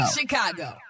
Chicago